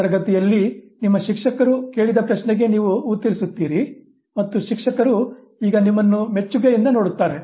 ತರಗತಿಯಲ್ಲಿ ನಿಮ್ಮ ಶಿಕ್ಷಕರು ಕೇಳಿದ ಪ್ರಶ್ನೆಗೆ ನೀವು ಉತ್ತರಿಸುತ್ತೀರಿ ಮತ್ತು ಶಿಕ್ಷಕರು ಈಗ ನಿಮ್ಮನ್ನು ಮೆಚ್ಚುಗೆಯಿಂದ ನೋಡುತ್ತಾರೆ